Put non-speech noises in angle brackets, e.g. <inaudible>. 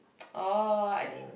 <noise> oh I think